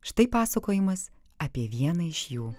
štai pasakojimas apie vieną iš jų